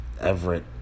Everett